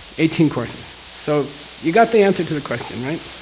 eighteen courses, so you got the answer to the question, right?